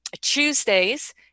Tuesdays